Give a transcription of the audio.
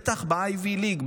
בטח ב-Ivy League,